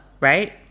right